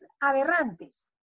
aberrantes